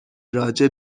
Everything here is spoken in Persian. راجع